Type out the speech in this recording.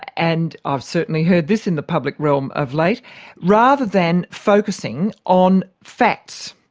and i've certainly heard this in the public realm of late rather than focussing on facts.